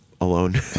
alone